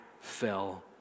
fell